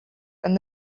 and